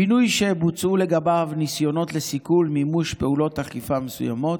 בינוי שבוצעו לגביו ניסיונות לסיכול מימוש פעולות אכיפה מסוימות,